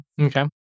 Okay